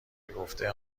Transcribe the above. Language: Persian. بگفته